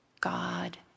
God